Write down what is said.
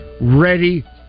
ready